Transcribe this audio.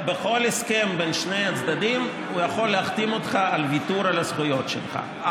בכל הסכם בין שני הצדדים הוא יכול להחתים אותך על ויתור על הזכויות שלך,